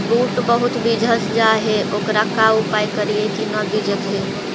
बुट बहुत बिजझ जा हे ओकर का उपाय करियै कि न बिजझे?